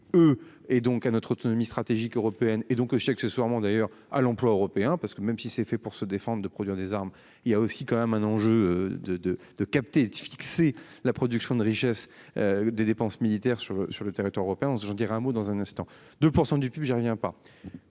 eux et donc à notre autonomie stratégique européenne et donc je sais que ce soir d'ailleurs à l'emploi européen parce que même si c'est fait pour se défendent de produire des armes, il y a aussi quand même un enjeu de de de capter de fixer la production de richesses. Des dépenses militaires sur le, sur le territoire européen ce j'en dirai un mot dans un instant, 2% du PIB. Je reviens pas